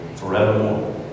Forevermore